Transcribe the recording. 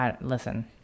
Listen